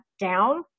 down